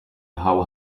how